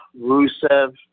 Rusev